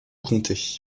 comtés